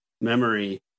memory